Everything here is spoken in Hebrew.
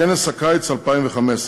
כנס הקיץ 2015,